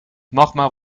magma